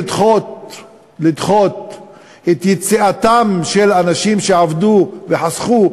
במקום לדחות את יציאתם של אנשים שעבדו וחסכו,